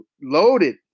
Loaded